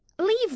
Leave